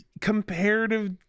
Comparative